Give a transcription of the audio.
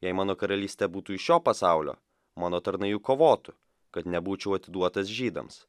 jei mano karalystė būtų iš šio pasaulio mano tarnai juk kovotų kad nebūčiau atiduotas žydams